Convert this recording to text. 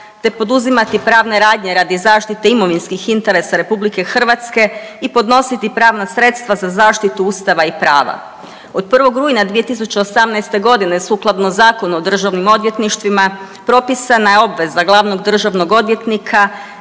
te poduzimati pravne radnje radi zaštite imovinskih interesa RH i podnositi pravna sredstva za zaštitu Ustava i prava. Od 1. rujna 2018. godine sukladno Zakonu o državnim odvjetništvima propisana je obveza glavnog državnog odvjetnika